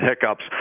hiccups